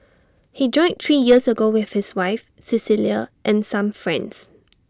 he joined three years ago with his wife Cecilia and some friends